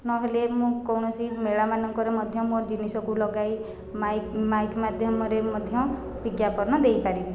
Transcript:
ନହେଲେ ମୁଁ କୌଣସି ମେଳାମାନଙ୍କରେ ମଧ୍ୟ ମୋ' ଜିନିଷକୁ ଲଗାଇ ମାଇକ୍ ମାଇକ୍ ମାଧ୍ୟମରେ ମଧ୍ୟ ବିଜ୍ଞାପନ ଦେଇପାରିବି